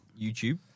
YouTube